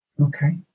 Okay